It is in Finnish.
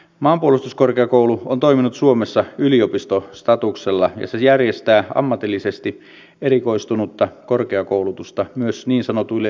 maanpuolustuskorkeakoulu on toiminut suomessa yliopistostatuksella ja se järjestää ammatillisesti erikoistunutta korkeakoulutusta myös niin sanotuille siviileille